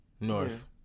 north